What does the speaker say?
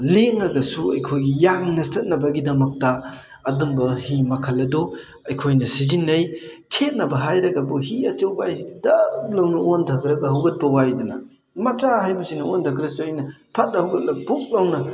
ꯂꯦꯡꯉꯒꯁꯨ ꯑꯩꯈꯣꯏꯒꯤ ꯌꯥꯡꯅ ꯆꯠꯅꯕꯒꯤꯗꯃꯛꯇ ꯑꯗꯨꯝꯕ ꯍꯤ ꯃꯈꯜ ꯑꯗꯣ ꯑꯩꯈꯣꯏꯅ ꯁꯤꯖꯤꯟꯅꯩ ꯈꯦꯠꯅꯕ ꯍꯥꯏꯔꯒꯕꯨ ꯍꯤ ꯑꯆꯧꯕ ꯍꯥꯏꯕꯁꯤꯗ ꯗꯛ ꯂꯥꯎꯅ ꯑꯣꯟꯊꯛꯈ꯭ꯔꯒ ꯍꯧꯒꯠꯄ ꯋꯥꯏꯗꯅ ꯃꯆꯥ ꯍꯥꯏꯕꯁꯤꯅ ꯑꯣꯟꯊꯈ꯭ꯔꯁꯨ ꯑꯩꯅ ꯐꯠ ꯍꯨꯒꯠꯂꯒ ꯐꯨꯛ ꯂꯥꯎꯅ